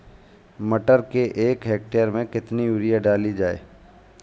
मटर के एक हेक्टेयर में कितनी यूरिया डाली जाए?